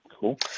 Cool